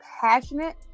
passionate